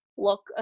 look